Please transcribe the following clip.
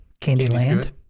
Candyland